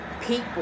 people